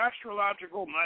astrological